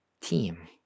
Team